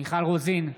מיכל רוזין,